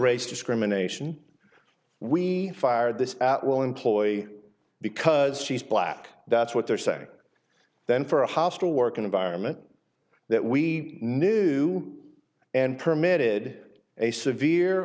race discrimination we fired this at will employee because she's black that's what they're saying then for a hostile work environment that we knew and permitted a severe